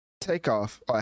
takeoff